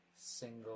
single